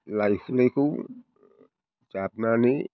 लाइहुलाइखौ जाबनानै